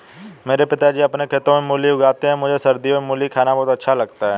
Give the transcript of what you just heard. मेरे पिताजी अपने खेतों में मूली उगाते हैं मुझे सर्दियों में मूली खाना बहुत अच्छा लगता है